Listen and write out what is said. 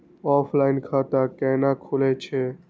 Offline खाता कैना खुलै छै?